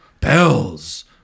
bells